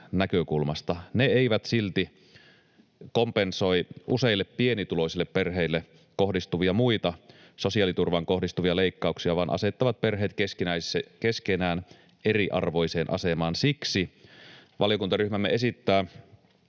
näkökulmasta. Ne eivät silti kompensoi useita pienituloisille perheille kohdistuvia muita sosiaaliturvaan kohdistuvia leikkauksia vaan asettavat perheet keskenään eriarvoiseen asemaan. Siksi valiokuntaryhmämme esittää